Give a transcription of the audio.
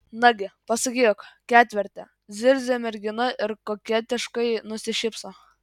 nagi pasakyk ketverte zirzia mergina ir koketiškai nusišypso